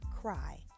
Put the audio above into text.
cry